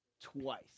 twice